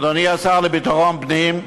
אדוני השר לביטחון פנים,